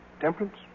temperance